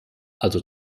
also